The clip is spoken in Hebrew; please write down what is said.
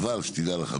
אבל שתדע לך,